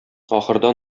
ахырда